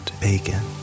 bacon